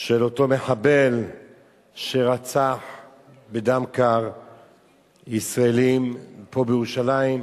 של אותו מחבל שרצח בדם קר ישראלים פה בירושלים,